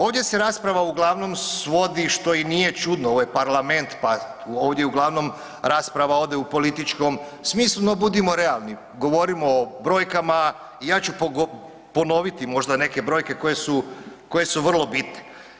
Ovdje se rasprava uglavnom svodi što i nije čudno ovo je parlament ovdje uglavnom rasprava ode u političkom smislu, no budimo realni, govorimo o brojkama i ja ću ponoviti možda neke brojke koje su, koje su vrlo bitne.